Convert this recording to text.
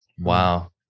Wow